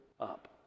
up